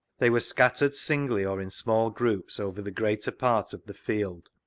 they were scattered singly or in small groups over the greater part of the field,